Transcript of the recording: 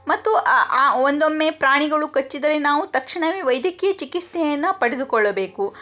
ಮತ್ತು ಒಂದೊಮ್ಮೆ ಪ್ರಾಣಿಗಳು ಕಚ್ಚಿದರೆ ನಾವು ತಕ್ಷಣವೇ ವೈದ್ಯಕೀಯ ಚಿಕಿತ್ಸೆಯನ್ನ ಪಡೆದುಕೊಳ್ಳಬೇಕು